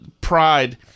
pride